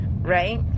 Right